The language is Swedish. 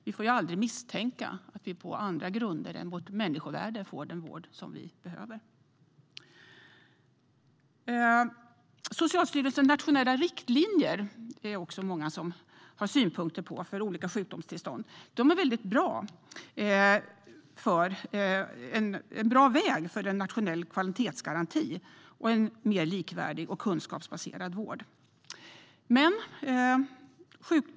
Vi får aldrig misstänka att vi på andra grunder än vårt människovärde får den vård vi behöver. Många har synpunkter på Socialstyrelsens nationella riktlinjer för olika sjukdomstillstånd. De är en bra väg för en nationell kvalitetsgaranti och en mer likvärdig och kunskapsbaserad vård.